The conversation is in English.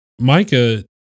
Micah